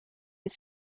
les